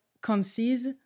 concise